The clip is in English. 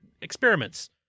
experiments